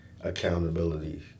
accountability